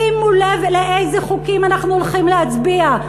שימו לב על איזה חוקים אנחנו הולכים להצביע.